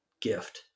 gift